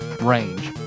range